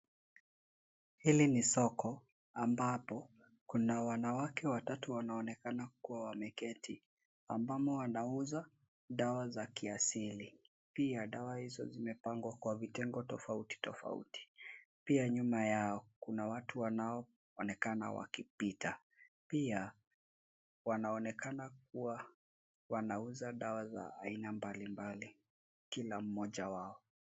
hili ni soko, ambapo kuna wanawake watatu wanaonekana kuwa wameketi, wamama wanauza dawa za kiasili, pia dawa hizo zimepangwa kwa vitengo tofauti tofauti, pia nyuma yao kuna watu wanaonekana wakipita, pia wanaonekana